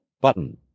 Button